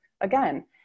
again